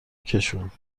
کشوند